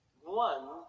one